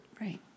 Right